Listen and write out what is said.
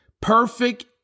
Perfect